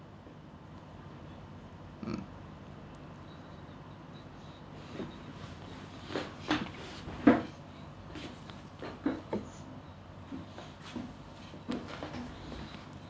mm